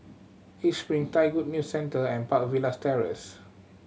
East Spring Thai Good New Centre and Park Villas Terrace